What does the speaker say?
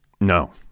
No